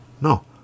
No